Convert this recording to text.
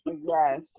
Yes